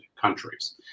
countries